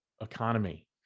economy